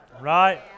Right